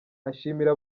ashimira